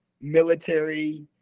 military